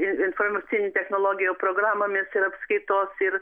informacinių technologijų programomis ir apskaitos ir